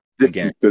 again